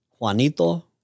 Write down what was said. Juanito-